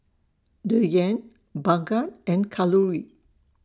Dhyan Bhagat and Kalluri